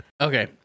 Okay